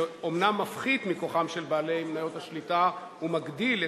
שאומנם מפחית מכוחם של בעלי מניות השליטה ומגדיל את